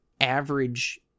average